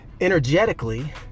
energetically